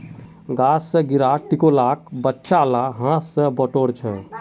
गाछ स गिरा टिकोलेक बच्चा ला हाथ स बटोर छ